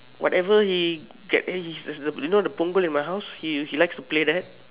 whatever he get you know the Punggol in my house he he likes to play that